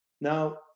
Now